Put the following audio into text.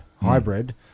hybrid